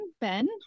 Ben